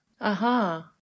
Aha